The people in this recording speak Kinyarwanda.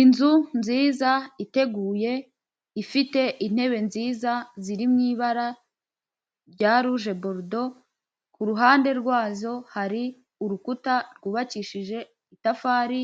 Inzu nziza iteguye ifite intebe nziza ziri mu ibara rya ruje borudo, ku ruhande rwazo hari urukuta rwubakishije itafari,